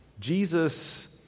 Jesus